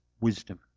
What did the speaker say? wisdom